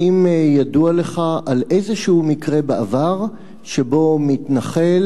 האם ידוע לך על מקרה כלשהו בעבר שבו מתנחל